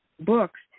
books